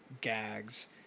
gags